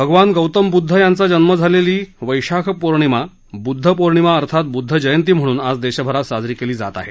अगवान गौतम बुद्ध यांचा जन्म झालेली वैशाख पौर्णिमा बुद्ध पौर्णिमा अर्थात बुद्ध जयंती म्हणून आज देशभरात साजरी केली जात आहे